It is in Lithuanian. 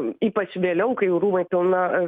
ypač vėliau kai jau rūmai pilna